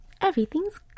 everything's